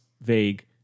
vague